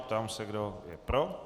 Ptám se, kdo je pro.